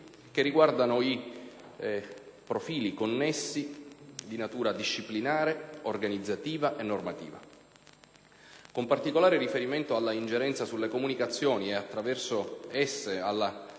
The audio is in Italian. che riguardano i profili connessi di natura disciplinare, organizzativa e normativa. Con particolare riferimento all'ingerenza sulle comunicazioni e attraverso esse alla conoscenza